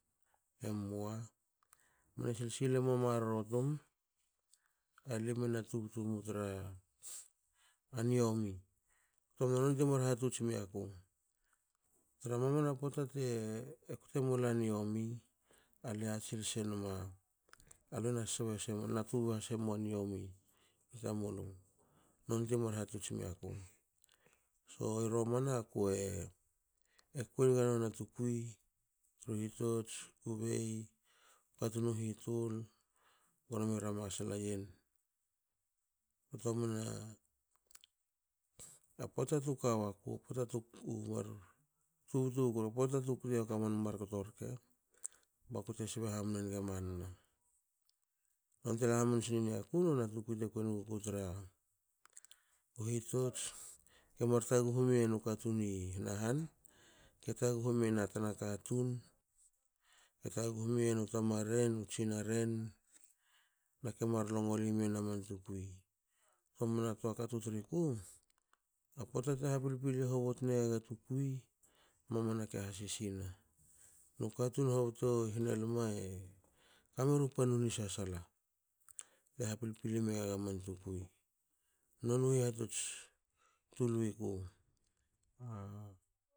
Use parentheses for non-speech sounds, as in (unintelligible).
Emua. mne sil sile mua marro tum alimue na tubtu mu tra niomi, ktomeren ti mar hatots miaku. Tra mamana pota te kte malua niomi tamulu nonti mar hatots miaku so i romana kue kuienga nonia tukui tru hitots. kubei katun u hitul gmo me ra masla yen ktomna pota tu kawaku pota tu (unintelligible) tubtu wuku pota tu kti yakua mar kto rke bakute sbe hamne nge manna. Nonte la hamanasni niaku nona tukui te kui enuguku tra hitots kemar taghu miyen a katun i hana han. ke taguhu miyen u tamaren tsinaren nake mar longoliyen aman tukui. Kamna toa katu triku a pota te hapilpili hoboti negaga tukui mamanake hasisina nu katun hobto i hana lme e kameru pannu ni sasala te ha pilpili megaga man tukui, noniu hihatots tu luiku (hesitation)